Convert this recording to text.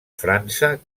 frança